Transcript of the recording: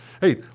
Hey